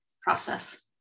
process